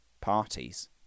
parties